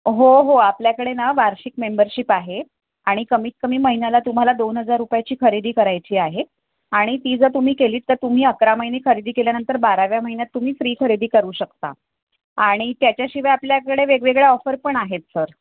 हो हो आपल्याकडे ना वार्षिक मेंबरशिप आहे आणि कमीत कमी महिन्याला तुम्हाला दोन हजार रुपयाची खरेदी करायची आहे आणि ती जर तुम्ही केलीत तर तुम्ही अकरा महिने खरेदी केल्यानंतर बाराव्या महिन्यात तुम्ही फ्री खरेदी करू शकता आणि त्याच्याशिवाय आपल्याकडे वेगवेगळ्या ऑफर पण आहेत सर